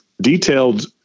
detailed